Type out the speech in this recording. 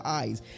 eyes